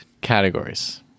Categories